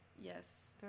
yes